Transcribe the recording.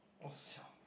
oh siao